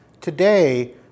Today